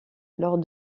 lors